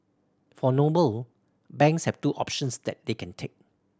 for Noble banks have two options that they can take